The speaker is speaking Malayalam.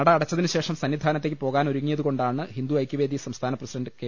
നട അടച്ചതിന്ശേഷം സന്നിധാനത്തേക്ക് പോകാൻ ഒരുങ്ങിയത് കൊണ്ടാണ് ഹിന്ദുഐക്യവേദി സംസ്ഥാന പ്രസിഡന്റ് കെ